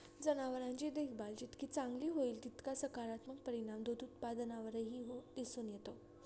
जनावरांची देखभाल जितकी चांगली होईल, तितका सकारात्मक परिणाम दूध उत्पादनावरही दिसून येतो